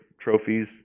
trophies